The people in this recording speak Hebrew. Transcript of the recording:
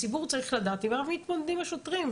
הציבור צריך לדעת עם מה מתמודדים השוטרים.